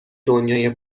دنیای